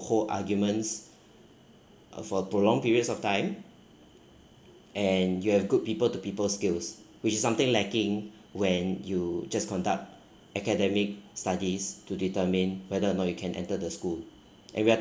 hold arguments uh for prolonged periods of time and you have good people to people skills which something lacking when you just conduct academic studies to determine whether or not you can enter the school and we are